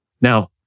Now